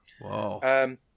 Wow